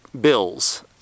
bills